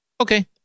Okay